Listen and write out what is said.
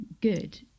good